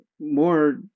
more